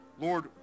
Lord